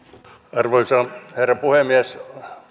arvoisa herra puhemies